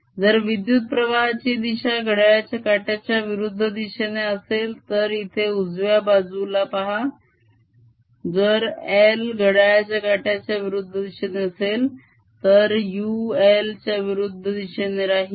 जर विद्युत्प्रवाहाची दिशा घड्याळाच्या काट्याच्या विरुद्ध दिशेने असेल या इथे उजव्या बाजूला पहा जर I घड्याळाच्याकाट्याच्या विरुद्ध दिशेने असेल तर u l च्या विरुद्ध दिशेने राहील